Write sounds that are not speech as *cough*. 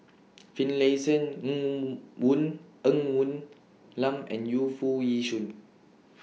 *noise* Finlayson Ng Woon Ng Woon Lam and Yu Foo Yee Shoon